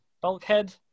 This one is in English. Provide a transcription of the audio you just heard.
Bulkhead